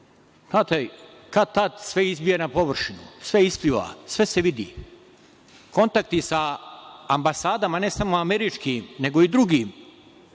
kad-tad sve izbije na površinu, sve ispliva, sve se vidi. Kontakti sa ambasadama, ne samo američkim, nego i drugim,